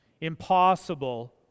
impossible